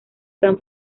san